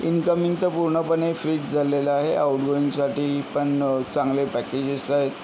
incoming तर पूर्णपणे फ्रीच झालेलं आहे आउटगोईंगसाठी पण चांगले पॅकेजेस आहेत